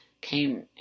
came